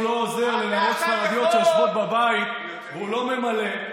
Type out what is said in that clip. וקשה לו לשמוע שהוא לא עוזר לנערות ספרדיות שיושבות בבית והוא לא ממלא,